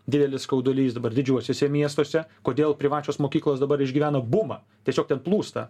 didelis skaudulys dabar didžiuosiuose miestuose kodėl privačios mokyklos dabar išgyvena bumą tiesiog ten plūsta